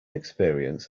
experience